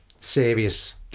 Serious